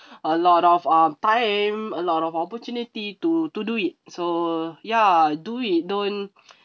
a lot of uh time a lot of opportunity to to do it so ya do it don't